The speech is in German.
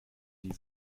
die